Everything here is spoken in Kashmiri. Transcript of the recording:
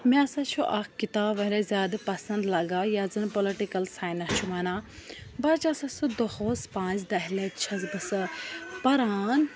مےٚ ہَسا چھُ اَکھ کِتاب واریاہ زیادٕ پَسنٛد لَگان یتھ زَن پُلٹِکَل ساینَس چھُ وَنان بہٕ چھسس سُہ دۄہَس پانٛژھِ دَہہِ لَٹہِ چھَس بہٕ سۄ پَران